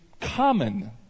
common